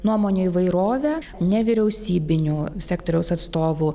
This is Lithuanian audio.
nuomonių įvairovę nevyriausybinio sektoriaus atstovų